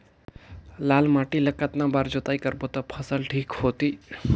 लाल माटी ला कतना बार जुताई करबो ता फसल ठीक होती?